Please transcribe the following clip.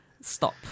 stop